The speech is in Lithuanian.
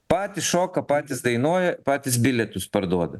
patys šoka patys dainuoja patys bilietus parduoda